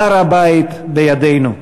"הר-הבית בידינו".